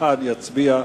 כמובן יצביע,